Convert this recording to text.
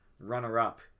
runner-up